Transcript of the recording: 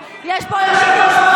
יש פה אנשים,